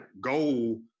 goal